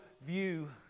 view